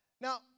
Now